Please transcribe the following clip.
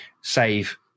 save